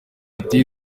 ati